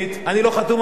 אני לא חתום עליה,